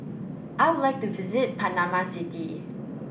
I would like to visit Panama City